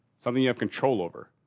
something you have control over,